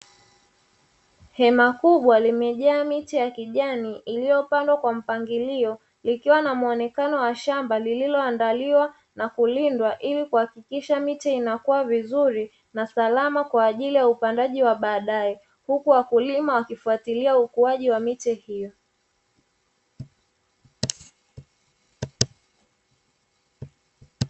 Hema kubwa limejaa miche ya kijani iliyopandwa kwa mpangilio, likiwa na muonekano wa shamba lililoandaliwa na kulindwa ili kuhakikisha miche inakua vizuri na salama kwa ajili ya upandaji wa baadaye; huku wakulima wakifuatilia ukuaji wa miche hiyo.